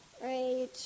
right